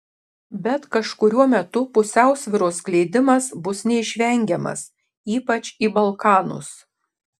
bet kažkuriuo metu pusiausvyros skleidimas bus neišvengiamas ypač į balkanus